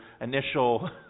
initial